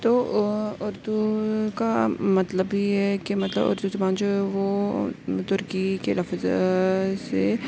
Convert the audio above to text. تو اردو کا مطلب یہ ہے کہ مطلب اردو زبان جو ہے وہ ترکی کے لفظ سے